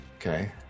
Okay